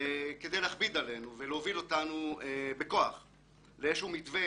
כדי להכביד עלינו ולהוביל אותנו בכוח לאיזשהו מתווה